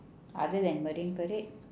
other than marine-parade